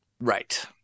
Right